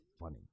funny